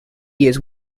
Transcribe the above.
years